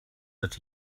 that